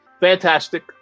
fantastic